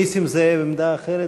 נסים זאב, עמדה אחרת.